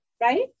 Right